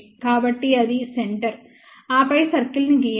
కాబట్టి అది సెంటర్ ఆపై సర్కిల్ ని గీయండి